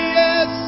yes